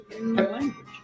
language